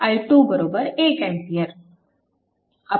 i2 1A